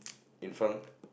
in front